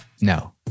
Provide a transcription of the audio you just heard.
No